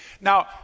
Now